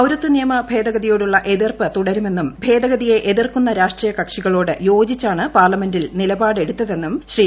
പൌരത്വ നിയമ ഭേദഗതിയോടുള്ള എതിർപ്പ് തുടരുമെന്നും ഭേദഗതിയെ എതിർക്കുന്ന കക്ഷികളോട് രാഷ്ട്രീയ യോജിച്ചാണ് പാർലമെന്റിൽ നിലപാടെടുത്തതെന്നും ശ്രീ